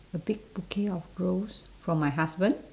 a big bouquet of rose for my husband